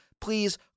Please